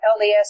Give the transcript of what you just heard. LDS